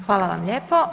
Hvala vam lijepo.